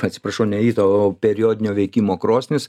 atsiprašau ne ajito o periodinio veikimo krosnis